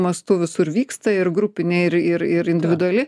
mastu visur vyksta ir grupinė ir ir ir individuali